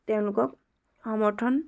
তেওঁলোকক সমৰ্থন